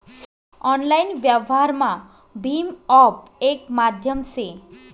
online व्यवहारमा भीम app येक माध्यम से